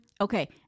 okay